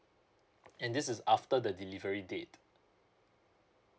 and this is after the delivery date